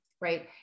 right